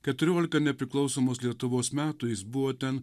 keturiolika nepriklausomos lietuvos metų jis buvo ten